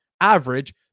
average